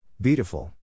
Beautiful